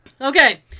Okay